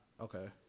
Okay